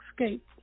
escape